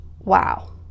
Wow